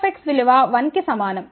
C0x విలువ 1కి సమానం